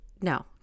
no